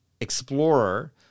explorer